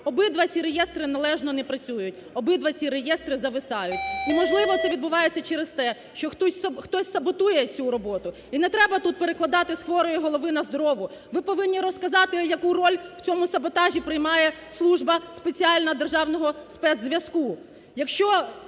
Обидва ці реєстри належно не працюють, обидва ці реєстри зависають. Можливо, це відбувається через те, що хтось саботує цю роботу. І не треба тут перекладати з хворої голови на здорову, ви повинні розказати, яку роль в цьому саботажі приймає служба спеціальна державного спецзв'язку.